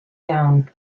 iawn